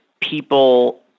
people